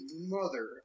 mother